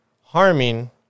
harming